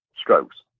strokes